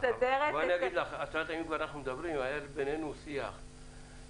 היה כאן שיח ביני לבין היועץ המשפטי של הוועדה,